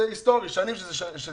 זה היסטורי ושנים זה שם.